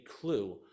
clue